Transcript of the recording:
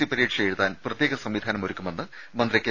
C പരീക്ഷ എഴുതാൻ പ്രത്യേക സംവിധാനം ഒരുക്കുമെന്ന് മന്ത്രി കെ